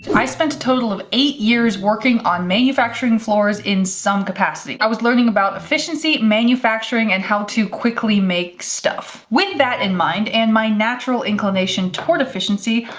i spent a total of eight years working on manufacturing floors in some capacity, i was learning about efficiency, manufacturing, and how to quickly make stuff. with that in mind, and my natural inclination toward efficiency,